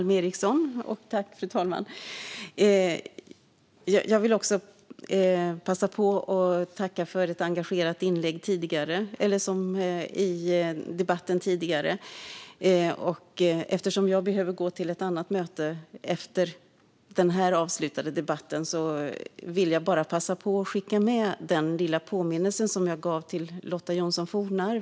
Fru talman! Jag vill tacka Janine Alm Ericson för ett engagerat inlägg. Eftersom jag behöver gå till ett annat möte efter denna debatt vill jag passa på att skicka med den påminnelse jag gav till Lotta Johnsson Fornarve.